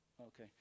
okay